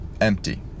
empty